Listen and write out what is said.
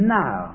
now